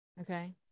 Okay